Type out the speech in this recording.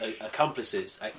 accomplices